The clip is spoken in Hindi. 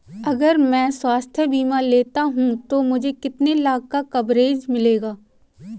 अगर मैं स्वास्थ्य बीमा लेता हूं तो मुझे कितने लाख का कवरेज मिलेगा?